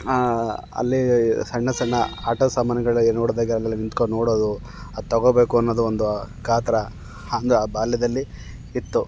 ಅಲ್ಲಿ ಸಣ್ಣ ಸಣ್ಣ ಹಾಟೋ ಸಾಮಾನುಗಳೆ ನೋಡಿದಾಗ ಅಲ್ಲಲ್ಲೆ ನಿಂತ್ಕೊಂಡು ನೋಡೋದು ಅದು ತಗೊಳ್ಬೇಕು ಅನ್ನೋದು ಒಂದು ಕಾತುರ ಅಂದ ಆ ಬಾಲ್ಯದಲ್ಲಿ ಇತ್ತು